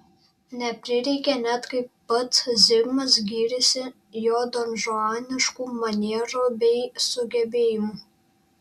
neprireikė net kaip pats zigmas gyrėsi jo donžuaniškų manierų bei sugebėjimų